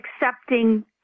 accepting